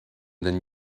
than